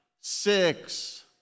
six